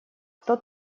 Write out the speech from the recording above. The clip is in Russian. кто